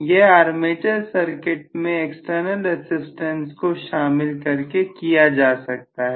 यह armature circuit में external resistance को शामिल करके किया जा सकता है